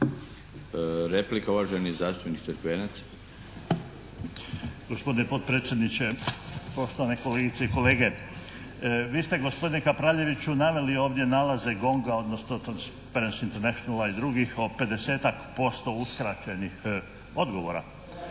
Replika, uvaženi zastupnik Crkvenac. **Crkvenac, Mato (SDP)** Gospodine potpredsjedniče, poštovane kolegice i kolege. Vi ste gospodine Kapraljeviću naveli ovdje nalaze GONG-a, odnosno Transperency Internationala i drugih o 50-ak% uskraćenih odgovora.